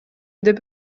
деп